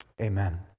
Amen